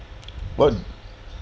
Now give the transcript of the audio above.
what